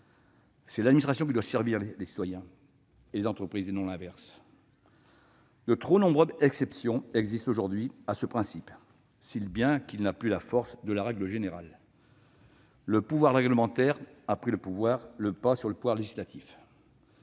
C'est l'administration qui doit servir les citoyens et les entreprises, et non l'inverse. De trop nombreuses exceptions existent aujourd'hui à ce principe, si bien qu'il n'a plus la force de la règle générale. Le pouvoir réglementaire a pris le pas sur le pouvoir législatif.